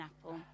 apple